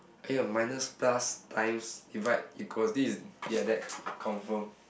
okay ah minus plus times divide equals this is their deck confirm